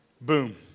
boom